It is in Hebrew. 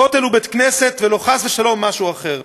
כותל הוא בית-כנסת, ולא חס ושלום משהו אחר.